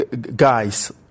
guys